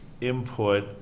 input